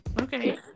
Okay